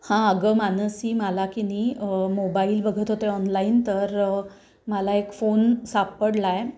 हां अगं मानसी मला की नाही मोबाईल बघत होते ऑनलाईन तर मला एक फोन सापडला आहे